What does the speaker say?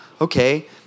okay